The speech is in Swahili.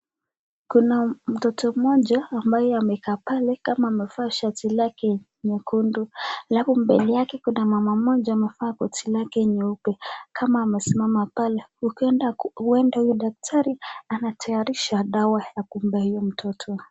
Kuna mtoto mmoja ambaye amekaa pale kama amevaa shati lake nyekundu. Alafu mbele yake kuna mama moja amevaa boti lake nyeupe kama amesimama pale. Huenda daktari huyu anatayarisha dawa ya kumpea huyo mtoto.